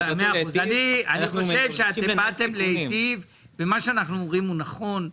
אני חושב שאתם באתם להיטיב ומה שאנחנו אומרים הוא נכון,